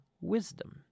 wisdom